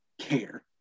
care